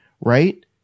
right